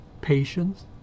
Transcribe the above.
patience